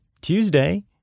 Tuesday